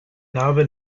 narbe